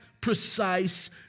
precise